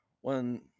one